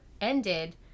ended